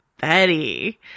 Betty